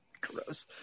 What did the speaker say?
gross